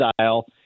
style